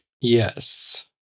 Yes